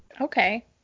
Okay